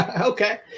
Okay